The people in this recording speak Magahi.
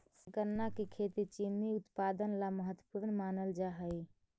गन्ना की खेती चीनी उत्पादन ला महत्वपूर्ण मानल जा हई